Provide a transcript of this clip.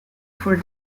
for